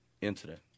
Incident